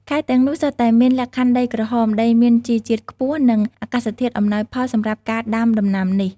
ខេត្តទាំងនោះសុទ្ធតែមានលក្ខខណ្ឌដីក្រហម ដីមានជីជាតិខ្ពស់ និងអាកាសធាតុអំណោយផលសម្រាប់ការដាំដំណាំនេះ។